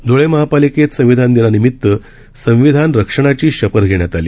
ध्ळे महापालिकेत संविधान दिनानिमित संविधान रक्षणाची शपथ घेण्यात आली